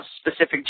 specific